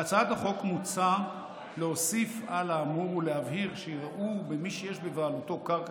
בהצעת החוק מוצע להוסיף על האמור ולהבהיר שיראו במי שיש בבעלותו קרקע